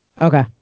Okay